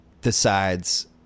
decides